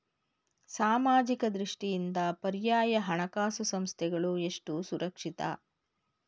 ಸಾಮಾಜಿಕ ದೃಷ್ಟಿಯಿಂದ ಪರ್ಯಾಯ ಹಣಕಾಸು ಸಂಸ್ಥೆಗಳು ಎಷ್ಟು ಸುರಕ್ಷಿತ?